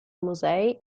musei